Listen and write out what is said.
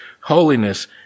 holiness